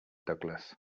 douglas